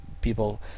people